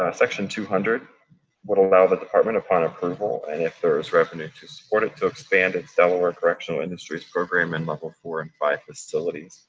ah section two hundred would allow the department upon approval and if there is revenue to support it to expand its delaware correctional industries program in level four and five facilities.